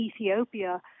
Ethiopia